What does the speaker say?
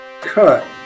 cut